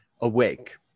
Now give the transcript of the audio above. awake